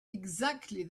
exactly